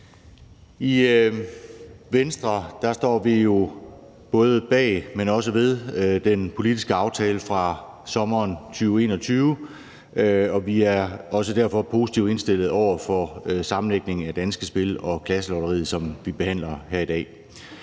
I Venstre står vi jo både bag, men også ved den politiske aftale fra sommeren 2021, og vi er derfor også positivt indstillet over for den sammenlægning af Danske Spil og Klasselotteriet, som vi behandler her i dag.